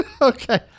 okay